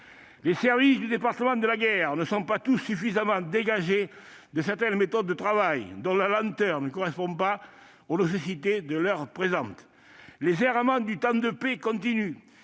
Les services du département de la guerre ne sont pas tous suffisamment dégagés de certaines méthodes de travail, dont la lenteur ne correspond pas aux nécessités de l'heure présente. Les errements du temps de paix continuent.